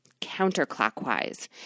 counterclockwise